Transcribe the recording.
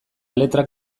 letrak